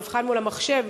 מבחן מול המחשב,